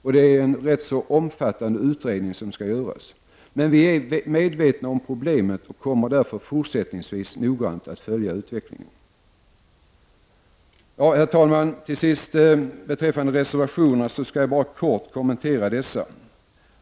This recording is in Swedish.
Det är en ganska omfattande utredning som skall göras. Vi är i utskottet medvetna om problemet och kommer därför fortsättningsvis att noga följa utvecklingen. Herr talman! Slutligen skall jag bara kort kommentera reservationerna.